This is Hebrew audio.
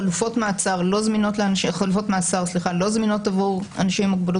חלופות מאסר לא זמינות עבור אנשים עם מוגבלות